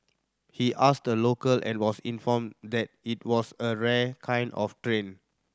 he asked a local and was informed that it was a rare kind of train